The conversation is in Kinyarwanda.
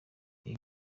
ibi